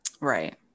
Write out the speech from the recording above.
Right